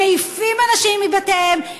מעיפים אנשים מבתיהם,